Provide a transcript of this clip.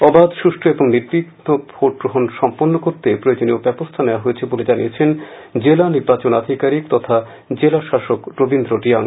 অবাধ সুষ্ঠু ও নির্বিঘ্ন ভোটগ্রহণ পর্ব সম্পন্ন করতে প্রয়োজনীয় ব্যবস্থা নেওয়া হয়েছে বলে জানিয়েছেন জেলা নির্বাচন আধিকারিক তথা জেলা শাসক রবীন্দ্র রিয়াং